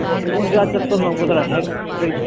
ꯄꯨꯡ ꯄꯨꯡ ꯀꯌꯥ ꯆꯠꯄ ꯉꯝꯒꯗ꯭ꯔꯥ ꯍꯦꯛ ꯁ꯭ꯇꯦꯔꯦꯠ